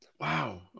Wow